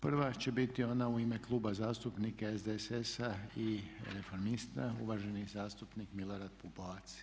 Prava će biti ona u ime kluba zastupnika SDSS-a i reformista uvaženi zastupnik Milorad Pupovac.